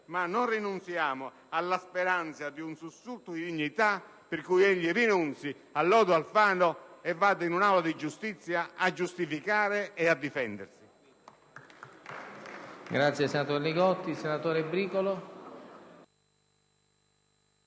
ma non rinunziamo alla speranza di un sussulto di dignità per cui egli rinunzi al lodo Alfano e vada in un'aula di giustizia a giustificarsi e a difendersi.